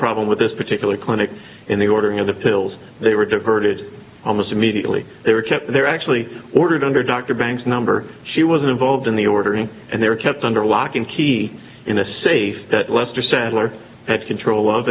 problem with this particular clinic in the ordering of the pills they were diverted almost immediately they were kept there actually ordered under dr banks number she was involved in the ordering and they were kept under lock and key in a safe that lester sadler had control of